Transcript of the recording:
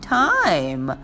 time